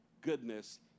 goodness